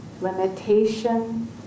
limitation